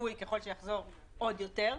וצפוי ככל שיחזור עוד יותר,